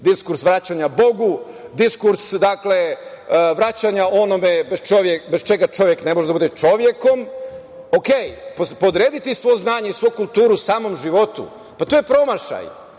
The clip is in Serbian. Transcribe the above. diskurs vraćanja Bogu, diskurs vraćanja onome bez čega čovek ne može da bude čovek.U redu, podrediti svo znanje i svu kulturu samom životu. Pa, to je promašaj.